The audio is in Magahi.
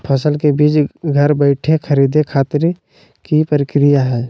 फसल के बीज घर बैठे खरीदे खातिर की प्रक्रिया हय?